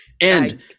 And-